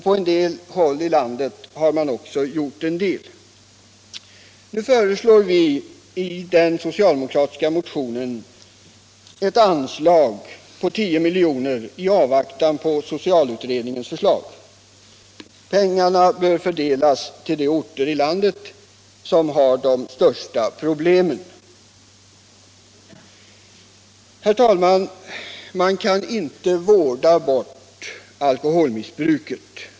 På en del håll i landet har man också gjort en del. Nu föreslår vi i den socialdemokratiska motionen ett anslag på 10 milj.kr. i avvaktan på socialutredningens förslag. Pengarna bör fördelas till de orter i landet som har de största problemen. Herr talman! Man kan inte vårda bort alkoholmissbruket.